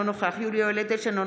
אינו נוכח יולי יואל אדלשטיין,